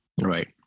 right